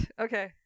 okay